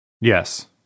Yes